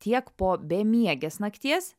tiek po bemiegės nakties